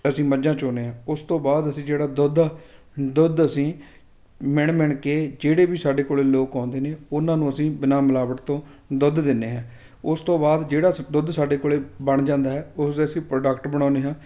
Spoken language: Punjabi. ਅਸੀਂ ਮੱਝਾਂ ਚੋਂਦੇ ਹਾਂ ਉਸ ਤੋਂ ਬਾਅਦ ਅਸੀਂ ਜਿਹੜਾ ਦੁੱਧ ਦੁੱਧ ਅਸੀਂ ਮਿਣ ਮਿਣ ਕੇ ਜਿਹੜੇ ਵੀ ਸਾਡੇ ਕੋਲ਼ ਲੋਕ ਆਉਂਦੇ ਨੇ ਉਹਨਾਂ ਨੂੰ ਅਸੀਂ ਬਿਨਾਂ ਮਿਲਾਵਟ ਤੋਂ ਦੁੱਧ ਦਿੰਦੇ ਹਾਂ ਉਸ ਤੋਂ ਬਾਅਦ ਜਿਹੜਾ ਸ ਦੁੱਧ ਸਾਡੇ ਕੋਲ਼ ਬਣ ਜਾਂਦਾ ਹੈ ਉਸਦੇ ਅਸੀਂ ਪ੍ਰੋਡਕਟ ਬਣਾਉਂਦੇ ਹਾਂ